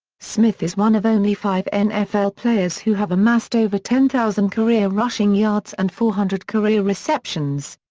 smith is one of only five nfl players who have amassed over ten thousand career-rushing yards and four hundred career receptions.